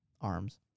arms